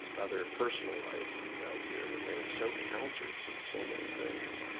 other personal life out there that ran so counter to so many things